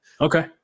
okay